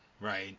Right